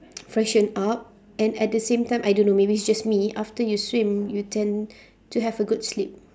freshen up and at the same time I don't know maybe it's just me after you swim you tend to have a good sleep